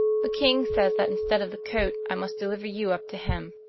the king says that, instead of the coat, i must deliver you up to him